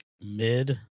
mid